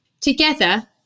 Together